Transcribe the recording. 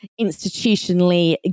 institutionally